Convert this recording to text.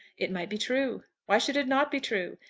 it might be true. why should it not be true?